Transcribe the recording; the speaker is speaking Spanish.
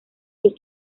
sus